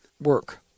work